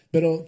Pero